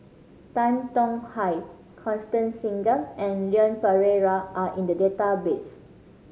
Tan Tong Hye Constance Singam and Leon Perera are in the database